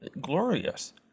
glorious